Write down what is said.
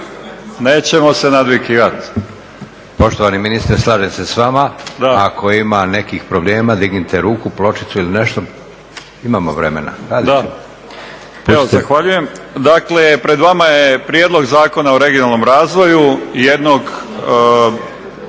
**Leko, Josip (SDP)** Poštovani ministre slažem se s vama, ako ima nekih problema dignite ruku, pločicu ili nešto. Imamo vremena, radit ćemo. **Grčić, Branko (SDP)** Evo zahvaljujem. Dakle pred vama je Prijedlog zakona o regionalnom razvoju, jednog